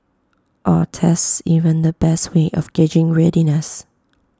are tests even the best way of gauging readiness